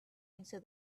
into